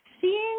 seeing